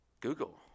Google